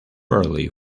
early